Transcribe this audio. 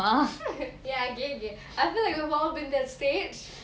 ya okay okay I feel like we all been that stage